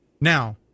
now